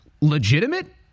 legitimate